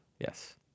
Yes